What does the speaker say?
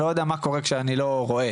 אני לא יודע מה קורה כשאני לא רואה,